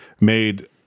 made